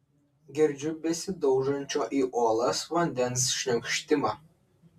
girdžiu besidaužančio į uolas vandens šniokštimą